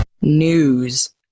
News